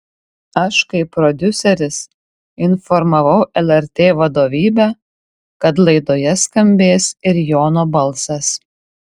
aš kaip prodiuseris informavau lrt vadovybę kad laidoje skambės ir jono balsas